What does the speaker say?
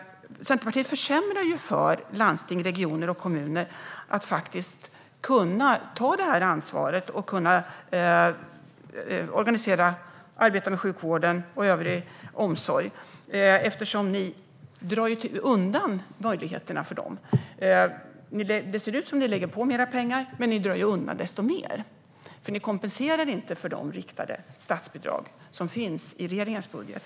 Centerpartiet försämrar ju möjligheterna för landsting, regioner och kommuner att ta det här ansvaret och arbeta med sjukvården och övrig omsorg. Ni drar undan möjligheterna för dem. Det ser ut som om ni lägger på mer pengar, men ni drar undan desto mer eftersom ni inte kompenserar för de riktade statsbidrag som finns i regeringens budget.